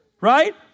right